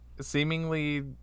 Seemingly